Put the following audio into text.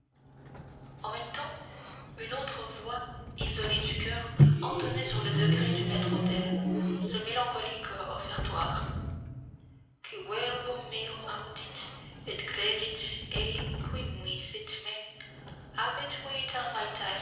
en même temps une autre voix isolée du choeur entonnait sur le degré du maître-autel ce mélancolique offertoire qui verbum meum audit